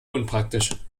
unpraktisch